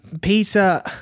peter